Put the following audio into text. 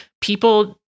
people